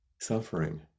suffering